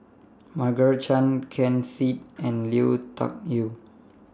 Margaret Chan Ken Seet and Lui Tuck Yew